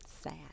sad